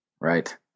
Right